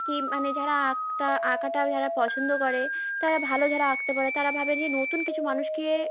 কি মানে যারা আঁকটা আঁকাটা যারা পছন্দ করে তারা ভালো ঝারা আঁকতে পারে তারা ভাবে যে নতুন কিছু মানুষকে